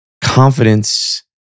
confidence